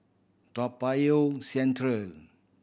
Toa Payoh Central